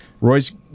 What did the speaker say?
Roy's